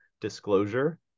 disclosure